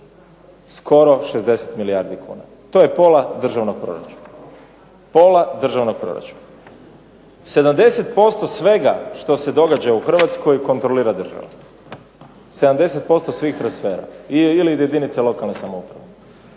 Skoro 60 milijardi kuna. To je pola državnog proračuna. 70% svega što se događa u Hrvatskoj kontrolira država, 70% svih transfera ili jedinica lokalne samouprave.